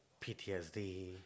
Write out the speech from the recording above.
PTSD